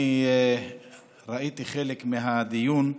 אני ראיתי חלק מהדיון,